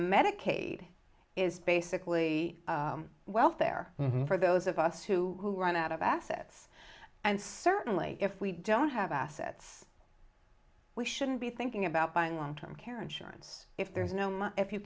medicaid is basically welfare for those of us who run out of assets and certainly if we don't have assets we shouldn't be thinking about buying long term care insurance if there's no money if you